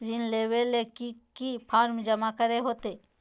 ऋण लेबे ले की की फॉर्म जमा करे होते?